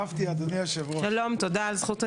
תודה על זכות הדיבור.